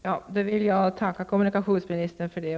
Herr talman! Jag vill tacka kommunikationsministern för det.